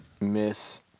miss